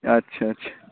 अच्छा अच्छा